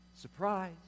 surprise